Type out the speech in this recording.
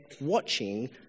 watching